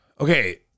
Okay